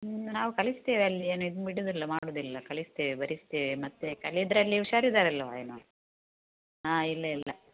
ನಾವು ಕಲಿಸ್ತೇವೆ ಅಲ್ಲಿ ಏನು ಬಿಡೋದಿಲ್ಲ ಮಾಡೋದಿಲ್ಲ ಕಲಿಸ್ತೇವೆ ಬರೆಸ್ತೇವೆ ಮತ್ತೆ ಕಲಿಯೋದರಲ್ಲಿ ಹುಷಾರಿದರಲ್ವ ಏನು ಹಾಂ ಇಲ್ಲ ಇಲ್ಲ